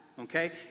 okay